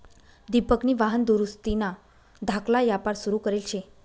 दिपकनी वाहन दुरुस्तीना धाकला यापार सुरू करेल शे